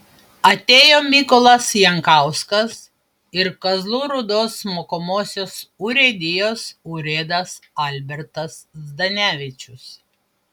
atėjo mykolas jankauskas ir kazlų rūdos mokomosios urėdijos urėdas albertas zdanevičius